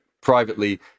privately